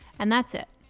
and that's it,